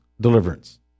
deliverance